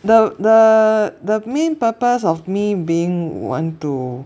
the the the main purpose of me being want to